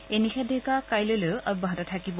এই নিষেধাজ্ঞা কাইলৈয়ো অব্যাহত থাকিব